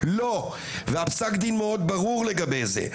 לא והפסק דין מאוד ברור לגבי זה.